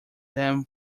them